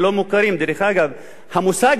דרך אגב, המושג הזה,